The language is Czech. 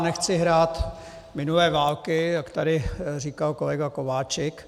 Nechci hrát minulé války, jak tady říkal kolega Kováčik.